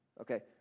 Okay